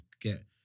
get